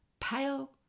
pale